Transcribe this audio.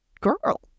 girl